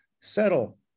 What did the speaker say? settle